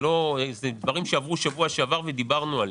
אלה דברים שעברו בשבוע שעבר ודיברנו עליהם.